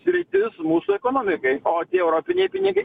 sritis mūsų ekonomikai o tie europiniai pinigai